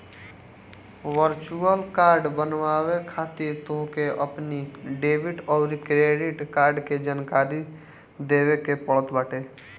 virtual card बनवावे खातिर तोहके अपनी डेबिट अउरी क्रेडिट कार्ड के जानकारी देवे के पड़त बाटे